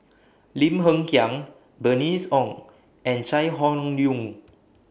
Lim Hng Kiang Bernice Ong and Chai Hon Yoong